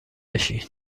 بشین